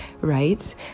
right